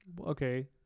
Okay